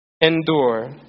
endure